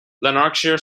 lanarkshire